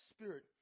spirit